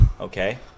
okay